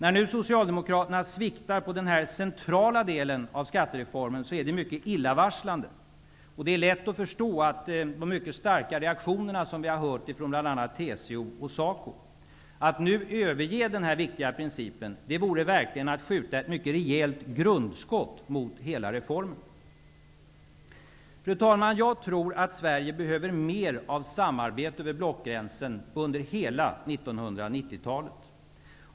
När nu Socialdemokraterna sviktar i denna centrala del av skattereformen är det mycket illavarslande. Det är lätt att förstå de starka reaktionerna från TCO och SACO. Att nu överge denna viktiga princip vore verkligen att skjuta ett mycket rejält grundskott mot hela reformen. Fru talman! Jag tror att Sverige behöver mer av samarbete över blockgränsen under hela 1990 talet.